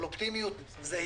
אבל אופטימיות זהירה.